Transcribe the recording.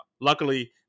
Luckily